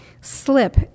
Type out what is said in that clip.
slip